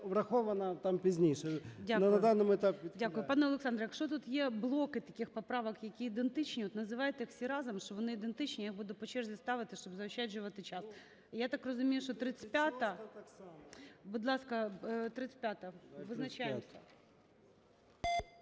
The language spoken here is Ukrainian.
врахована там пізніше. Но на даному етапі… ГОЛОВУЮЧИЙ. Дякую. Пане Олександре, якщо тут є блоки таких поправок, які ідентичні, називайте всі разом, що вони ідентичні. Я їх буду по черзі ставити, щоб заощаджувати час. Я так розумію, що 35-а? Будь ласка, 35-а, визначаємось.